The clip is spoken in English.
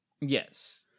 Yes